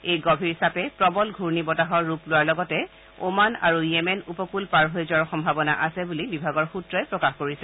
এই গভীৰ চাপে প্ৰবল ঘূৰ্ণি বতাহৰ ৰূপ লোৱাৰ লগতে অমান আৰু য়েমেন উপকূল পাৰ হৈ যোৱাৰ সম্ভাৱনা আছে বুলি বিভাগৰ সূত্ৰই প্ৰকাশ কৰিছে